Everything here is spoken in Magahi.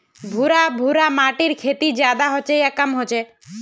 भुर भुरा माटिर खेती ज्यादा होचे या कम होचए?